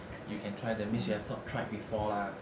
you can try that means you have not tried before lah